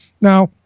Now